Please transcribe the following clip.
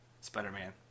spider-man